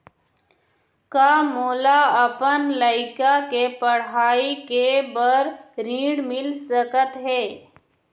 का मोला अपन लइका के पढ़ई के बर ऋण मिल सकत हे?